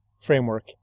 framework